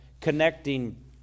connecting